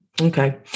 Okay